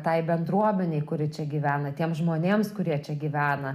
tai bendruomenei kuri čia gyvena tiem žmonėms kurie čia gyvena